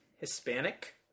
Hispanic